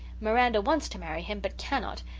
miranda wants to marry him but cannot,